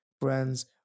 friends